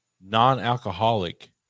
non-alcoholic